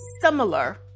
similar